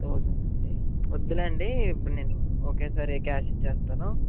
thousand అండి వద్దులెండి నేను ఒకేసారి క్యాష్ ఇచ్చేస్తాను